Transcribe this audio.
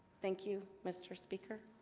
thank you mr. speaker